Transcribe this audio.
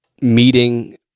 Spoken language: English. meeting